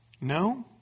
No